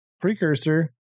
precursor